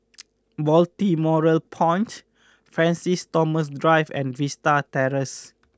Balmoral Point Francis Thomas Drive and Vista Terrace